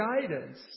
guidance